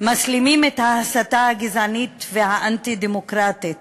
מסלימים את ההסתה הגזענית והאנטי-דמוקרטית